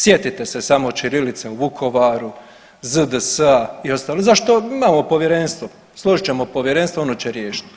Sjetite se samo ćirilice u Vukovaru, ZDS-a i ostalo za što imamo povjerenstvo, složit ćemo povjerenstvo i ono će riješiti.